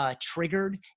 triggered